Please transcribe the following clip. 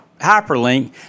hyperlink